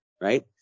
right